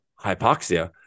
hypoxia